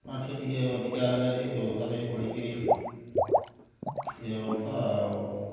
ପାଣ୍ଠି ଟିକେ ଅଧିକା ହେଲେ ଟିକେ ବ୍ୟବସାୟଟା ବି ବଢ଼ିକରି ଇଏ ହୁଅନ୍ତା ଆଉ